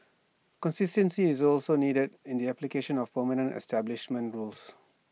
consistency is also needed in the application of permanent establishment rules